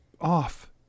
off